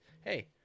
hey